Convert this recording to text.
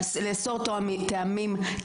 לאסור טעמים,